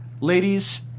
ladies